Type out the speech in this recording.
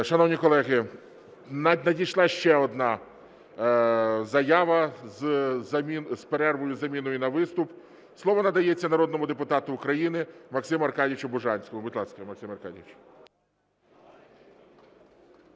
Шановні колеги, надійшла ще одна заява про перерву з заміною на виступ. Слово надається народному депутату України Максиму Аркадійовичу Бужанському.